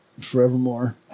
forevermore